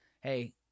hey